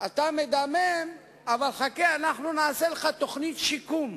אתה מדמם, אבל חכה, נעשה לך תוכנית שיקום.